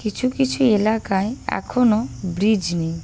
কিছু কিছু এলাকায় এখনো ব্রিজ নেই